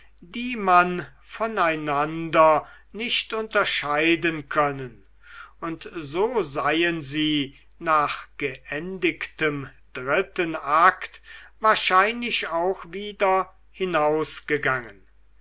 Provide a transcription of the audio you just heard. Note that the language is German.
die man voneinander nicht unterscheiden können und so seien sie nach geendigtem dritten akt wahrscheinlich auch wieder